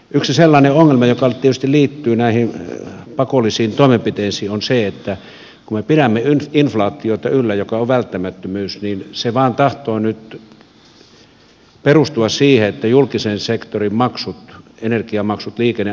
yksi sellainen ongelma joka tietysti liittyy näihin pakollisiin toimenpiteisiin on se että kun me pidämme inflaatiota yllä mikä on välttämättömyys niin se nyt vain tahtoo perustua siihen että julkisen sektorin maksut energiamaksut liikenne asuminen ja muu kallistuu